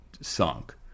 sunk